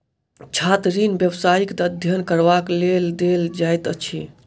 छात्र ऋण व्यवसायिक अध्ययन करबाक लेल देल जाइत अछि